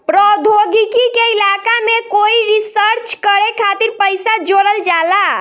प्रौद्योगिकी के इलाका में कोई रिसर्च करे खातिर पइसा जोरल जाला